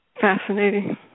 Fascinating